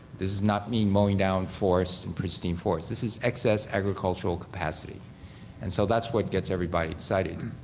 this does not mean mowing down forests and pristine forests. this is excess agricultural capacity and so that's what gets everybody excited.